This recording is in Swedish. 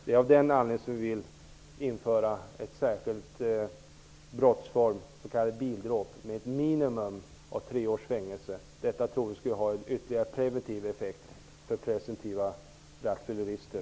Det är av den anledningen som vi vill införa en särskild brottsform, s.k. bildråp, med ett minimum av tre års fängelse. Detta tror vi skulle ha en ytterligare preventiv effekt för presumtiva rattfyllerister.